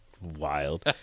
wild